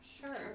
Sure